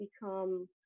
become